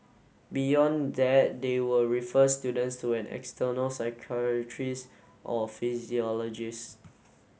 beyond that they will refer students to an external psychiatrist or physiologist